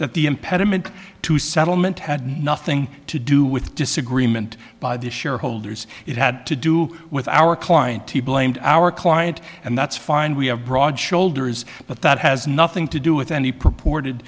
that the imp settlement to settlement had nothing to do with disagreement by the shareholders it had to do with our client he blamed our client and that's fine we have broad shoulders but that has nothing to do with any purported